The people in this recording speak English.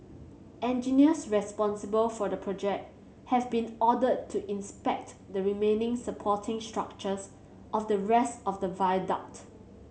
engineers responsible for the project have been ordered to inspect the remaining supporting structures of the rest of the viaduct